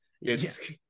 Yes